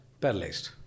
Paralyzed